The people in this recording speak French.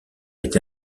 été